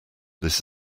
this